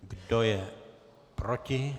Kdo je proti?